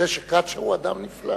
קצ'ה הוא אדם נפלא.